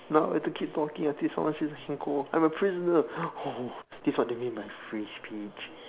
now we have to keep talking until someone says we can go I'm a prisoner oh this is what they mean by free speech